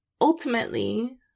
ultimately